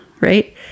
right